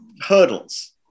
hurdles